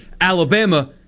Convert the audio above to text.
Alabama